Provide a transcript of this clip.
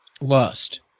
Lust